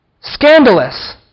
scandalous